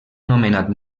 nomenat